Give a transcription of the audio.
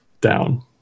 down